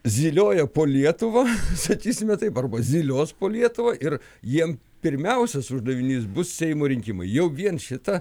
zylioja po lietuvą sakysime taip arba zylios po lietuvą ir jiem pirmiausias uždavinys bus seimo rinkimai jau vien šita